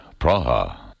Praha